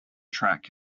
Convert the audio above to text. track